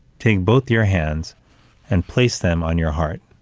take both your hands and place them on your heart